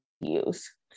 use